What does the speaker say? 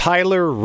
Tyler